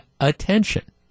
attention